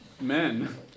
Men